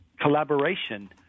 collaboration